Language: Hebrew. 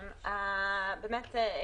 הזאת?